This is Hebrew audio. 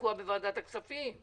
תקוע בוועדת הכספים.